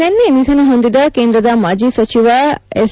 ನಿನ್ನೆ ನಿಧನಹೊಂದಿದ ಕೇಂದ್ರದ ಮಾಜಿ ಸಚಿವ ಎಸ್